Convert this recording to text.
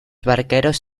barqueros